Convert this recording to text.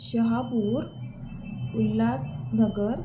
Shahapur Ulhasnagar